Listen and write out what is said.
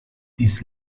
dies